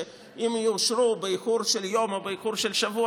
שאם יאושרו באיחור של יום או באיחור של שבוע,